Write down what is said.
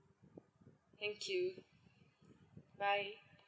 thank you bye